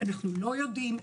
אנחנו לא יודעים.